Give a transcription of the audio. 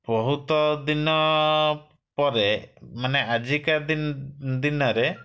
ବହୁତ ଦିନ ପରେ ମାନେ ଆଜିକା ଦିନ୍ ଦିନରେ